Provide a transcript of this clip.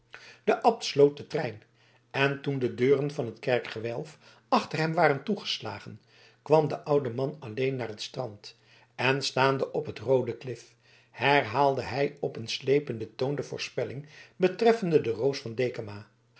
de abt sloot den trein en toen de deuren van het kerkgewelf achter hem waren toegeslagen kwam de oude man alleen naar het strand en staande op het roode klif herhaalde hij op een sleependen toon de voorspelling betreffende de roos van dekama